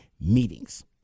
meetings